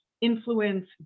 influence